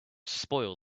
spoil